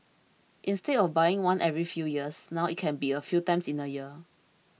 instead of buying one every few years now it can be a few times in a year